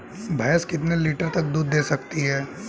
भैंस कितने लीटर तक दूध दे सकती है?